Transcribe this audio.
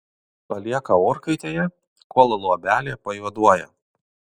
palieka orkaitėje kol luobelė pajuoduoja